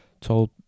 told